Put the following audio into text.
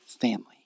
family